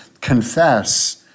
confess